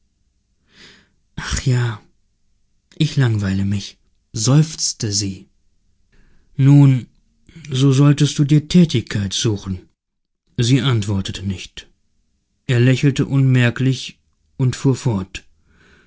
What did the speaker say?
ach ja ich langweile mich seufzte sie nun so solltest du dir tätigkeit suchen sie antwortete nicht er lächelte unmerklich und fuhr fort